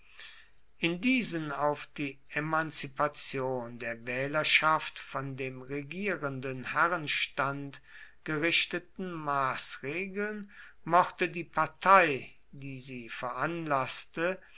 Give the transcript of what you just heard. in diesen auf die emanzipation der wählerschaft von dem regierenden herrenstand gerichteten maßregeln mochte die partei die sie veranlaßte